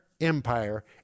empire